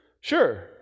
Sure